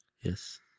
Yes